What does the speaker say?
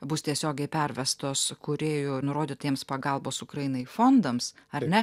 bus tiesiogiai pervestos kūrėjų nurodytiems pagalbos ukrainai fondams ar ne